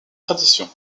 tradition